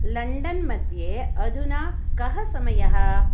लण्डन्मध्ये अधुना कः समयः